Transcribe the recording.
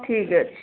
ଠିକ୍ ଅଛି